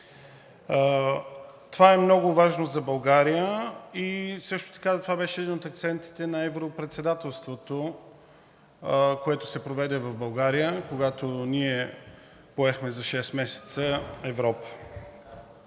Това е много важно за България и също така това беше един от акцентите на Европредседателството, което се проведе в България, когато ние поехме за шест месеца Европа.